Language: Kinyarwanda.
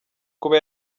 kuba